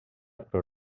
però